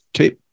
Okay